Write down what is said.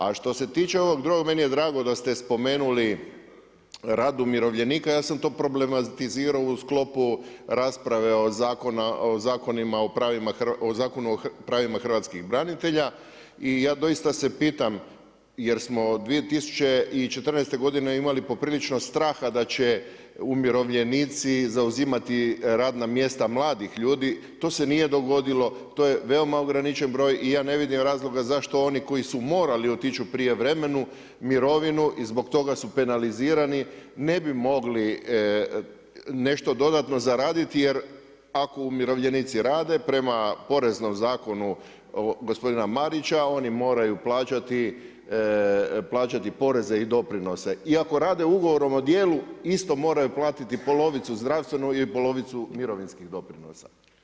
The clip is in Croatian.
A što se tiče ovog drugog, meni je drago da ste spomenuli rad umirovljenika, ja sam to problematizirao u sklopu rasprave o Zakonu o pravima hrvatskih branitelja i ja doista se pitam jer smo 2014. godine imali poprilično straha da će umirovljenici zauzimati radna mjesta mladih ljudi, to se nije dogodilo, to je veoma ograničen broj i ja ne vidim razloga zašto ni koji su morali otići u prijevremenu mirovinu i zbog toga su penalizirani, ne bi mogli nešto dodatno zaraditi jer ako umirovljenici rade, prema Poreznom zakonu gospodina Marića, oni moraju plaćati poreze i doprinose i ako rade ugovorom o djelu, isto moraju platiti polovicu zdravstvenu i polovicu mirovinskih doprinosa.